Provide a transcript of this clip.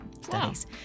studies